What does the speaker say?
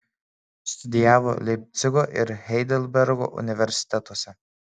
studijavo leipcigo ir heidelbergo universitetuose